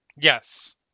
Yes